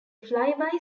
flyby